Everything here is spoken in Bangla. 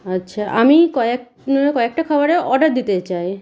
আচ্ছা আমি কয়েকজনের কয়েকটা খাবারের অর্ডার দিতে চাই